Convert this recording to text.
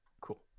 cool